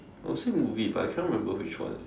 I would say movie but I can't remember which one eh